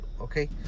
Okay